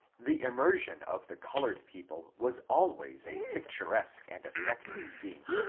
the immersion of the coloured people was always a pictur esque and affecting scene.